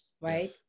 right